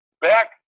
back